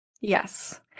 Yes